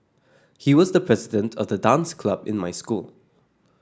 he was the president of the dance club in my school